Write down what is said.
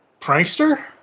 prankster